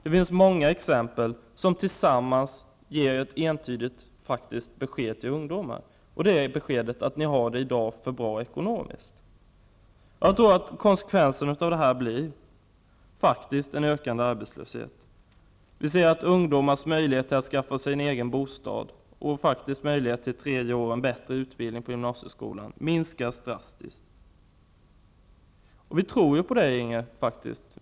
Det finns alltså många exempel som tillsammans ger ett entydigt faktiskt besked till ungdomarna: Ni har det i dag för bra ekonomiskt. Jag tror att konsekvenserna av allt detta faktiskt blir att arbetslösheten ökar. Ungdomars möjligheter att skaffa sig en egen bostad minskas drastiskt. Det gäller också möjligheten till ett tredje år på gymnasieskolan och därmed en bättre utbildning. Men vi tror faktiskt på Inger Davidson.